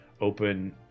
open